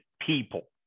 People